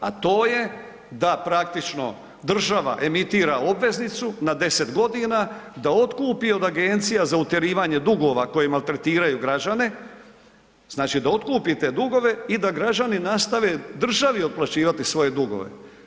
A to je da praktično država emitira obveznicu na 10 godina, da otkupi od agencija za utjerivanje dugova koje maltretiraju građane, znači da otkupi te dugove i da građani nastave državi otplaćivati svoje dugove.